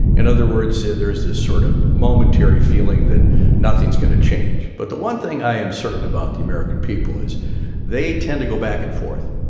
in other words, there there is this sort of momentary feeling that nothing's going to change. but the one thing i am certain about the american people is they tend to go back and forth.